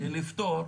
לפטור,